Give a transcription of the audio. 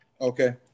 Okay